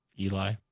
Eli